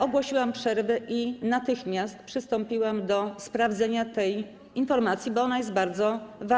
Ogłosiłam przerwę i natychmiast przystąpiłam do sprawdzenia tej informacji, bo ona jest bardzo ważna.